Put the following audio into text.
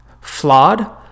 flawed